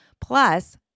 plus